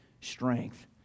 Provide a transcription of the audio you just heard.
strength